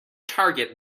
target